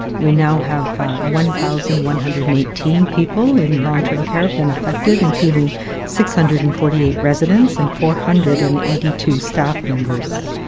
we now have one thousand one hundred and nineteen people in long-term care been affected including six hundred and forty eight residents and four hundred and eighty two staff members.